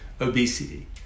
Obesity